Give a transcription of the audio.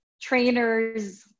trainers